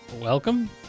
welcome